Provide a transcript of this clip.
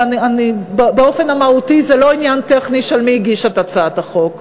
אבל באופן המהותי זה לא עניין טכני של מי הגיש את הצעת החוק.